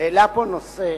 העלה פה נושא,